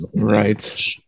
Right